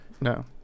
No